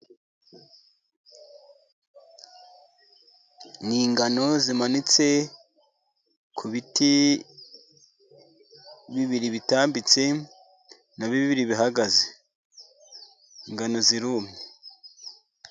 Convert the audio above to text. Ni ingano zimanitse ku biti bibiri bitambitse, na bibiri bihagaze, ingano zirumye.